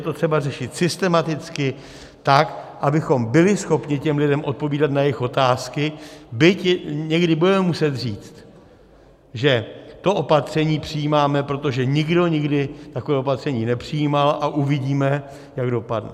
Je třeba to řešit systematicky tak, abychom byli schopni těm lidem odpovídat na jejich otázky, byť někdy budeme muset říct, že to opatření přijímáme, protože nikdo nikdy takové opatření nepřijímal, a uvidíme, jak dopadne.